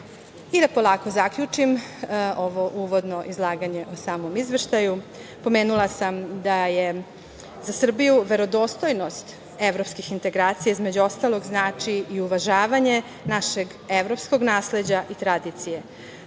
da polako zaključim ovo uvodno izlaganje o samom izveštaju, pomenula sam da za Srbiju verodostojnost evropskih integracija između ostalog znači i uvažavanje našeg evropskog nasleđa i tradicije. Čini